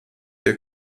der